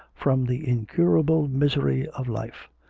from the incurable misery of life.